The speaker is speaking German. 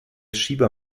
schieber